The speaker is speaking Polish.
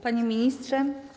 Panie Ministrze!